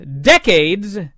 Decades